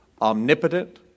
Omnipotent